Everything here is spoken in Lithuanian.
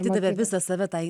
atidavė visą save tai